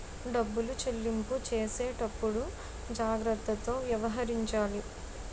డబ్బులు చెల్లింపు చేసేటప్పుడు జాగ్రత్తతో వ్యవహరించాలి